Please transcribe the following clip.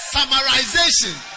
Summarization